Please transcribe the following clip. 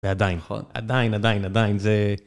ועדיין, נכון, עדיין, עדיין, עדיין, זה...